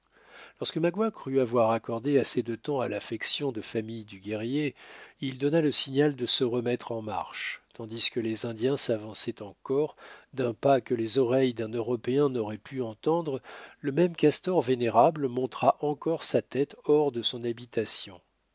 lorsque magua crut avoir accordé assez de temps à l'affection de famille du guerrier il donna le signal de se remettre en marche tandis que les indiens s'avançaient en corps d'un pas que les oreilles d'un européen n'auraient pu entendre le même castor vénérable montra encore sa tête hors de son habitation